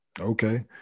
Okay